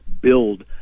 build